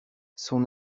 son